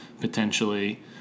potentially